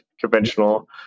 conventional